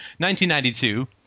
1992